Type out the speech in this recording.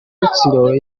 rutsiro